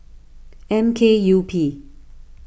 M K U P